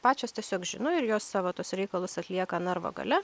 pačios tiesiog žino ir jos savo tuos reikalus atlieka narvo gale